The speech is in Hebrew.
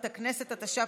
חברים,